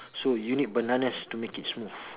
so you need bananas to make it smooth